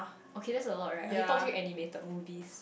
okay that's a lot right okay top three animated movies